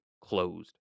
closed